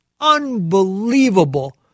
unbelievable